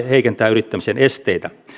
heikentää yrittämisen esteitä